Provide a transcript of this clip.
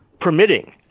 permitting